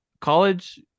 college